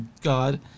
God